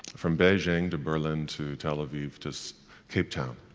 from beijing to berlin to tel aviv to so cape town,